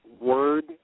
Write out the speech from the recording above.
word